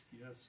Yes